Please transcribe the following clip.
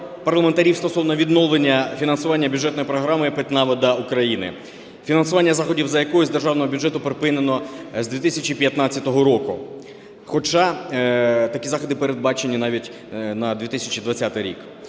парламентарів стосовно відновлення фінансування бюджетної програми "Питна вода України", фінансування заходів за якою з Державного бюджету припинено з 2015 року. Хоча такі заходи передбачені навіть на 2020 рік.